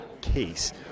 Case